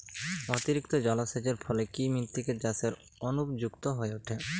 অতিরিক্ত জলসেচের ফলে কি মৃত্তিকা চাষের অনুপযুক্ত হয়ে ওঠে?